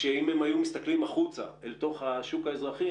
ואם הם היו מסתכלים החוצה אל תוך השוק האזרחי,